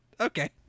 Okay